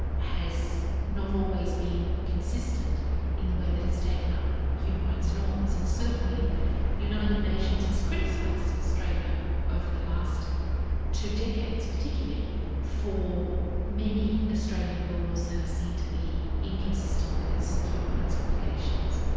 has not always been consistent in the way that it's taken up human rights norms, and certainly the united nations has criticised australia over the last two decades, particularly for many australian laws that are seen to be inconsistent with its human rights obligations.